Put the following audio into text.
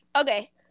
Okay